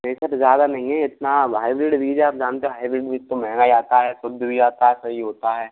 नहीं सर ज़्यादा नहीं हैं इतना हाइब्रिड बीज है आप जानते हो हाइब्रिड बीज तो महंगा ही आता है शुद्ध भी आता है सही होता है